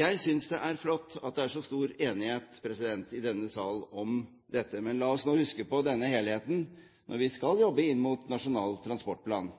Jeg synes det er flott at det er så stor enighet i denne sal om dette, men la oss nå huske på denne helheten når vi skal jobbe inn mot Nasjonal transportplan.